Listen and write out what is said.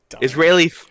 Israeli